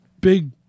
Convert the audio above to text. big